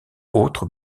autres